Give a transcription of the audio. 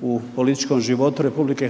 Hvala i